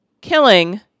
killing